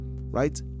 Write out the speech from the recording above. right